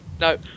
No